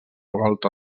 volta